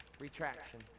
Retraction